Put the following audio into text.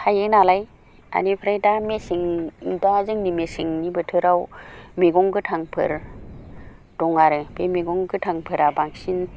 थायो नालाय बेनिफ्राय दा जोंनि मेसेंनि बोथोराव मैगं गोथांफोर दं आरो बे मैगं गोथांफोरा बांसिन